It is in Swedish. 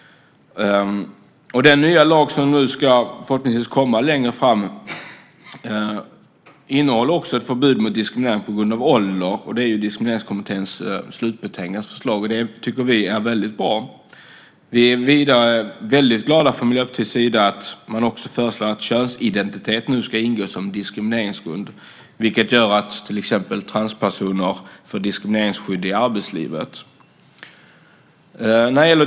Den nya lag som förhoppningsvis ska komma innehåller också ett sådant förbud, enligt vad som föreslås i Diskrimineringskommitténs slutbetänkande. Det tycker vi är väldigt bra. Vidare är vi i Miljöpartiet mycket glada över att man också föreslår att könsidentitet ska ingå som diskrimineringsgrund, vilket innebär att exempelvis transpersoner får diskrimineringsskydd i arbetslivet.